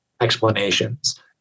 explanations